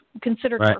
considered